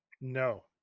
No